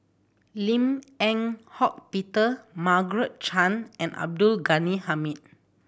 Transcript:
Lim Eng Hock Peter Margaret Chan and Abdul Ghani Hamid